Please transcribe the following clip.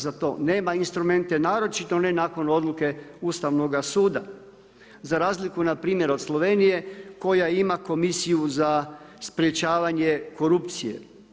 Za to nema instrumente naročito ne nakon odluke Ustavnoga suda za razliku na primjer od Slovenije koja ima Komisiju za sprječavanje korupcije.